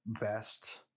best